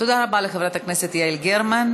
תודה רבה לחברת הכנסת יעל גרמן.